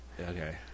okay